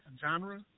genre